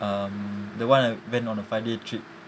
um the one I went on a five day trip